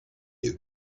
you